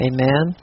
Amen